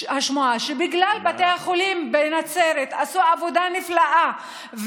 שבגלל שבתי החולים בנצרת עשו עבודה נפלאה,